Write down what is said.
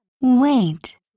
Wait